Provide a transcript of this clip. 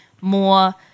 more